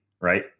Right